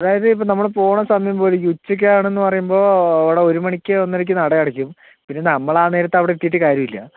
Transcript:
അതായത് ഇപ്പം നമ്മൾ പോകുന്ന സമയം പോലിരിക്കും ഉച്ചയൊക്കെയാണ് എന്ന് പറയുമ്പോൾ അവിടെ ഒരു മണിക്കോ ഒന്നരയ്ക്കോ നട അടയ്ക്കും പിന്നെ നമ്മളാ നേരത്ത് അവിടെ എത്തിയിട്ട് കാര്യമില്ല